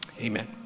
amen